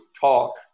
talk